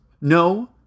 No